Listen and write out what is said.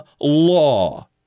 law